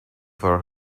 for